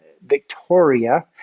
Victoria